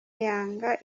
yanga